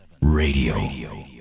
Radio